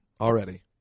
already